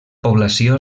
població